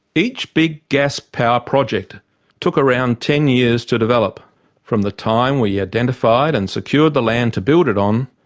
each big gas power project took around ten years to develop from the time we identified and secured the land to build it on,